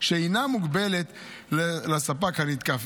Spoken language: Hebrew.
שאינה מוגבלת לספק הנתקף,